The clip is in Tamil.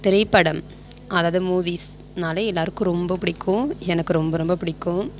திரைப்படம் அதாவது மூவீஸ்னாலே எல்லோருக்கும் ரொம்ப பிடிக்கும் எனக்கு ரொம்ப ரொம்ப பிடிக்கும்